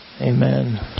Amen